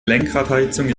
lenkradheizung